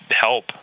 help